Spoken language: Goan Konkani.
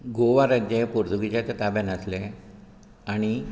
गोवा राज्य हें पोर्तुगीजाच्या ताब्यांत आसलें आनी